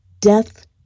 death